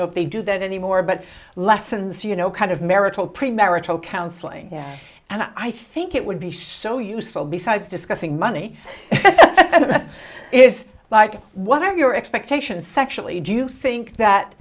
know if they do that anymore but lessens you know kind of marital premarital counseling and i think it would be so useful besides discussing money is like what are your expectations sexually do you think that